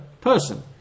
person